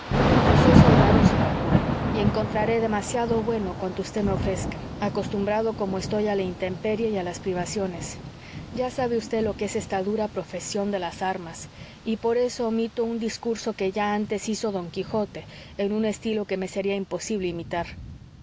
yo soy soldado señor cura y encontraré demasiado bueno cuanto vd me ofrezca acostumbrado como estoy a la intemperie y a las privaciones ya sabe vd lo que es esta dura profesión de las armas y por eso omito un discurso que ya antes hizo don quijote en un estilo que me sería imposible imitar